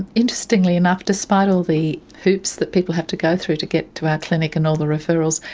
and interestingly enough, despite all the hoops that people have to go through to get to our clinic and all the referrals,